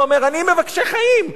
ואומר "אני מבקשי חיים,